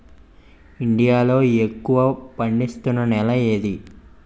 India లో ఎక్కువ పండిస్తున్నా నేల ఏది?